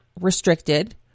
restricted